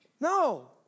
No